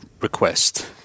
request